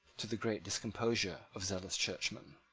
to the great discomposure of zealous churchmen.